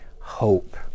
hope